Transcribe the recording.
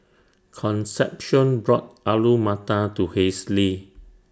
Concepcion bought Alu Matar to Halsey